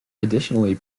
additionally